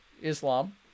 Islam